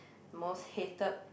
most hated